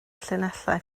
llinellau